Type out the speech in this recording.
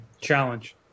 challenge